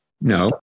no